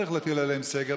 צריך להטיל גם עליהם סגר,